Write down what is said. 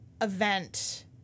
event